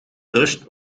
rust